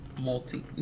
multi